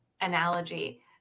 analogy